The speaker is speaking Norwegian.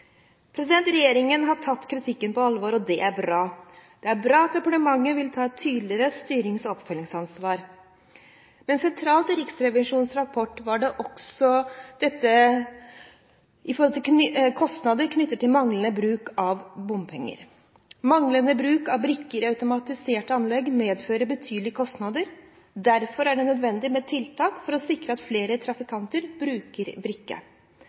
Regjeringen har tatt kritikken på alvor – det er bra. Og det er bra at departementet vil ta et tydeligere styrings- og oppfølgingsansvar. Men sentralt i Riksrevisjonens rapport var også dette med kostnader knyttet til manglende bruk av bombrikke. Manglende bruk av brikke i automatiserte anlegg medfører betydelige kostnader. Derfor er det nødvendig med tiltak for å sikre at flere trafikanter bruker brikke.